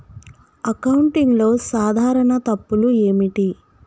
అకౌంటింగ్లో సాధారణ తప్పులు ఏమిటి?